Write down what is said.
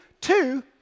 Two